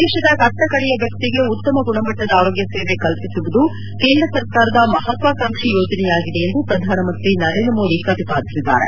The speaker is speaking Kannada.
ದೇಶದ ಕಟ್ಟಕಡೆಯ ವ್ಯಕ್ತಿಗೆ ಉತ್ತಮ ಗುಣಮಟ್ಟದ ಆರೋಗ್ಯ ಸೇವೆಯನ್ನು ಕಲ್ಪಿಸುವುದು ಕೇಂದ್ರ ಸರ್ಕಾರದ ಮಹಾತ್ವಾಕಾಂಕ್ಷಿ ಯೋಜನೆಯಾಗಿದೆ ಎಂದು ಪ್ರಧಾನಮಂತ್ರಿ ನರೇಂದ್ರಮೋದಿ ಪ್ರತಿಪಾದಿಸಿದ್ದಾರೆ